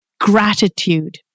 Gratitude